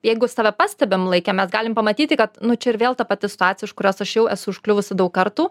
jeigu save pastebim laike mes galim pamatyti kad nu čia ir vėl ta pati situacija už kurios aš jau esu užkliuvusi daug kartų